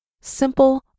simple